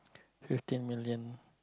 fifteen million